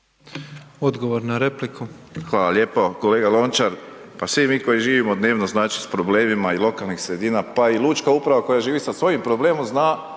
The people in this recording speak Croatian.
Josip (HDZ)** Hvala lijepo, kolega Lončar pa svi mi koji živimo dnevno znači s problemima i lokalnih sredina, pa i lučka uprava koja živi sa svojim problemom zna